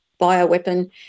bioweapon